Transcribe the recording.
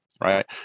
right